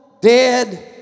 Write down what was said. dead